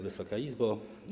Wysoka Izbo!